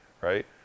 right